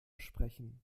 sprechen